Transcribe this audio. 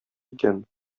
икән